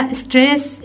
stress